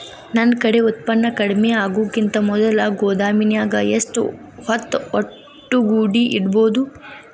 ನನ್ ಕಡೆ ಉತ್ಪನ್ನ ಕಡಿಮಿ ಆಗುಕಿಂತ ಮೊದಲ ಗೋದಾಮಿನ್ಯಾಗ ಎಷ್ಟ ಹೊತ್ತ ಒಟ್ಟುಗೂಡಿ ಇಡ್ಬೋದು?